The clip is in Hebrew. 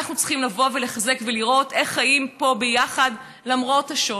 אנחנו צריכים לבוא ולחזק ולראות איך חיים פה ביחד למרות השוני,